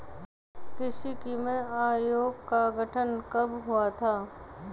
कृषि कीमत आयोग का गठन कब हुआ था?